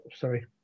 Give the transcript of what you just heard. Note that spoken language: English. sorry